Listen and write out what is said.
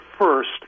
first